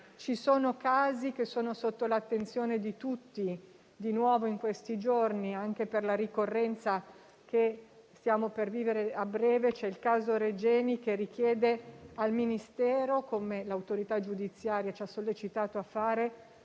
Ci sono casi sotto l'attenzione di tutti: di nuovo, in questi giorni, anche per la ricorrenza che stiamo per vivere a breve, il caso Regeni richiede al Ministero - come l'autorità giudiziaria ci ha sollecitato a fare